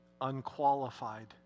unqualified